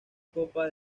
copa